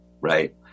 right